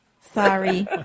Sorry